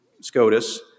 Scotus